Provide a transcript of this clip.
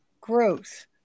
growth